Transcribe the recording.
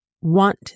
want